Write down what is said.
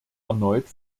erneut